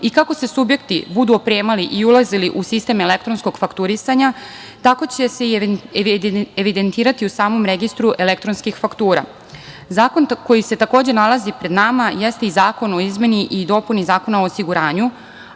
Kako se subjekti budu opremali i ulazili u sistem elektronskog fakturisanja, tako će se i evidentirati u samom registru elektronskih faktura. Zakon koji se takođe nalazi pred nama jeste i zakon o izmeni i dopuni Zakona o osiguranju.